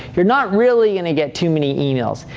you're not really gonna get too many emails.